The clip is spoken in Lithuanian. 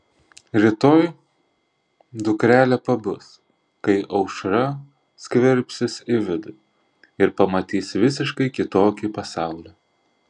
rytoj dukrelė pabus kai aušra skverbsis į vidų ir pamatys visiškai kitokį pasaulį